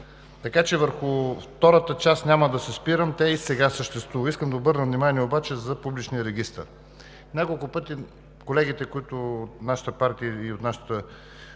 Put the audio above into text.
Така че върху втората част няма да се спирам. Тя и сега съществува. Искам да обърна внимание обаче за Публичния регистър. Няколко пъти колегите, които от нашата партия и от нашата